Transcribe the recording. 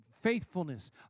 faithfulness